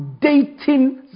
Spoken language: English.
dating